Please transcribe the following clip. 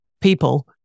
people